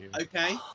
Okay